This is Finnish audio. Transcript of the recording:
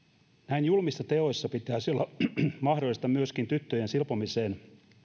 näin julmissa teoissa pitäisi olla mahdollista myöskin tyttöjen silpomiseen